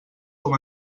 com